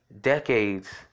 decades